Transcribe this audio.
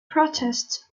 protest